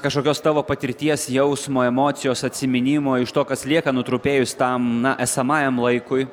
kažkokios tavo patirties jausmo emocijos atsiminimo iš to kas lieka nutrupėjus tam na esamajam laikui